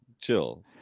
chill